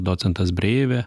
docentas breivė